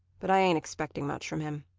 but i ain't expecting much from him.